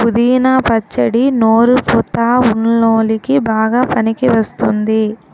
పుదీనా పచ్చడి నోరు పుతా వున్ల్లోకి బాగా పనికివస్తుంది